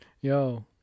Yo